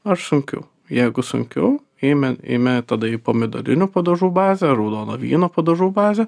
ar sunkiau jeigu sunkiau eime eime tada į pomidorinių padažų bazę raudono vyno padažų bazę